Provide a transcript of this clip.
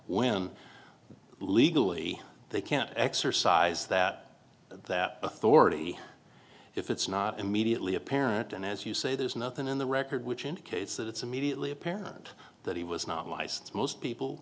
when legally they can't exercise that that authority if it's not immediately apparent and as you say there's nothing in the record which indicates that it's immediately apparent that he was not nice to most people